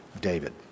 David